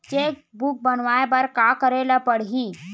Cheque book बनवाय बर का करे ल पड़हि?